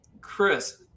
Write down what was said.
Chris